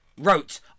wrote